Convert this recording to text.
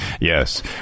Yes